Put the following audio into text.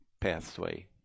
pathway